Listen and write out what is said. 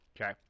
Okay